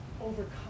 overcome